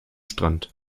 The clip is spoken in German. strand